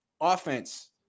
offense